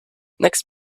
next